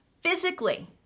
physically